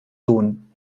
sohn